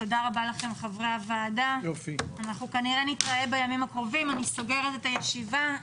תודה רבה לכם, חברי הוועדה, אני סוגרת את הישיבה.